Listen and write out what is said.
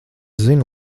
zinu